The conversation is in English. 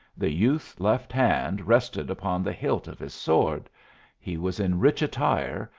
the youth's left hand rested upon the hilt of his sword he was in rich attire,